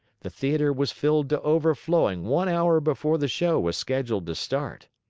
the theater was filled to overflowing one hour before the show was scheduled to start.